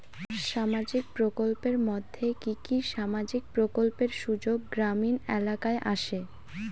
সামাজিক প্রকল্পের মধ্যে কি কি সামাজিক প্রকল্পের সুযোগ গ্রামীণ এলাকায় আসে?